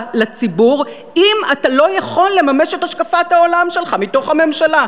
לציבור אם אתה לא יכול לממש את השקפת העולם שלך מתוך הממשלה,